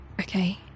Okay